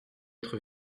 être